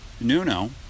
Nuno